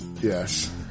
Yes